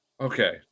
Okay